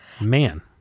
Man